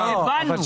חמד, הבנו.